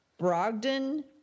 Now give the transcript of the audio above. Brogdon